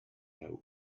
have